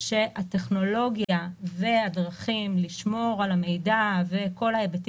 ודיוניה של ועדת היישום 24. (א)שלושה